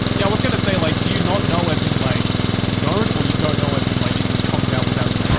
i was gonna say like, do you not know as in like you don't or you don't know as in like, it just comes out without you